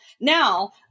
Now